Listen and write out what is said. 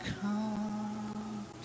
come